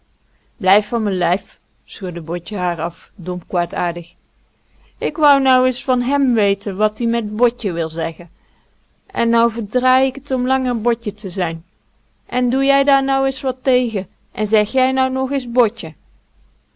blijf van me lijf schudde botje haar af dompkwaadaardig ik wou nou is van hèm weten wat-ie met botje wil zeggen en nou verdraai ik t om langer botje te zijn en doe jij daar nou is wat tegen en zeg jij nou nog is botje